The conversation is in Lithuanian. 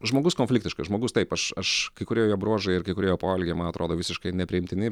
žmogus konfliktiškas žmogus taip aš aš kai kurie jo bruožai ir kai kurie jo poelgiai man atrodo visiškai nepriimtini